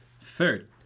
Third